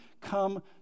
come